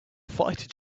fighter